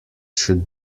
should